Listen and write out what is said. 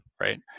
right